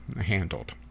handled